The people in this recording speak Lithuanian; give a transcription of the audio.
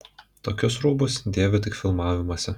tokius rūbus dėviu tik filmavimuose